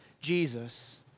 Jesus